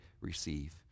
receive